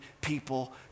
people